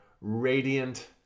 radiant